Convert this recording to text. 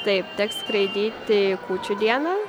taip teks skraidyti kūčių dieną